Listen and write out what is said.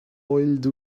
oiled